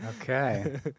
Okay